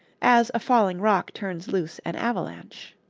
as a falling rock turns loose an avalanche.